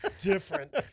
different